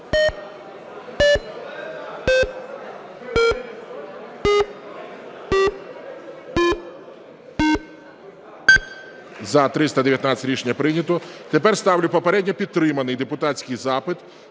За-319 Рішення прийнято. Тепер ставлю попередньо підтриманий депутатський запит